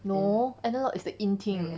no analogue is the in thing as in